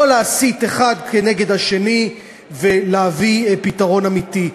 לא להסית אנשים האחד נגד השני ולהביא פתרון אמיתי.